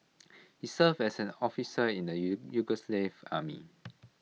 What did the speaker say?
he serve as an officer in the you Yugoslav army